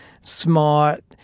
smart